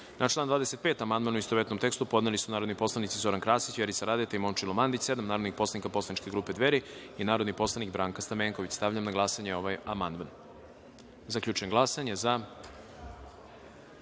član 25. amandman, u istovetnom tekstu, podneli su narodni poslanici Zoran Krasić, Vjerica Radeta i Momčilo Mandić, sa ispravkom, sedam narodnih poslanika poslaničke grupe Dveri i narodni poslanik Branka Stamenković. Stavljam na glasanje ovaj amandman. Zaključujem glasanje: za